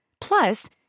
Plus